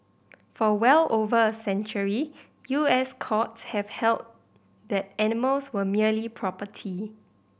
for well over a century U S courts have held that animals were merely property